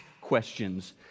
questions